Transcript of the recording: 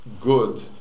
good